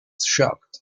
shocked